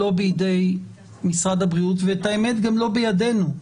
לא בידי משרד הבריאות והאמת גם לא בידינו,